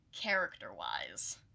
character-wise